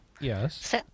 Yes